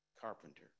carpenter